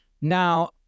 Now